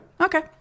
Okay